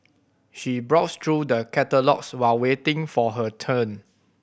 she browsed through the catalogues while waiting for her turn